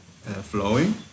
flowing